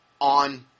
on